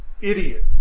idiot